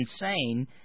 insane